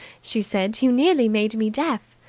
she said. you nearly made me deaf.